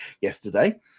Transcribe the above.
yesterday